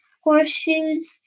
Horseshoes